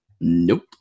Nope